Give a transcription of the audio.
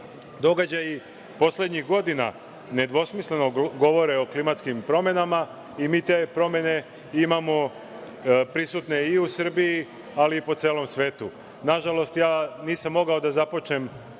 Događaji poslednjih godina nedvosmisleno govore o klimatskim promenama i mi te promene imamo prisutne i u Srbiji, ali i po celom svetu. Nažalost, nisam mogao da započnem